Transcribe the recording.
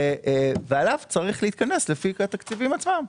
ועליו צריך להתכנס לפי התקציבים עצמם.